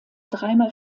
dreimal